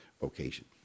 vocation